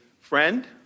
friend